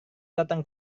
datang